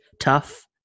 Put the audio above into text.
Tough